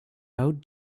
out